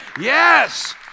Yes